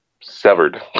severed